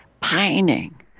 pining